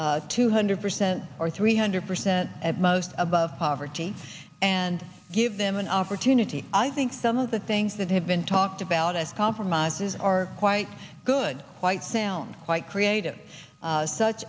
still two hundred percent or three hundred percent at most above poverty and give them an opportunity i think some of the things that have been talked about as compromises are quite good quite sound quite creative such